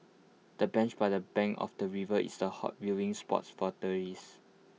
the bench by the bank of the river is A hot viewing spots for tourists